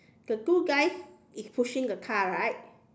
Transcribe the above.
the two guys is pushing the car right